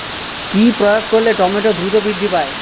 কি প্রয়োগ করলে টমেটো দ্রুত বৃদ্ধি পায়?